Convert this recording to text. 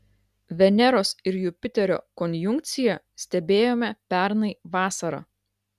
veneros ir jupiterio konjunkciją stebėjome pernai vasarą